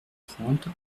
trente